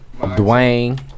Dwayne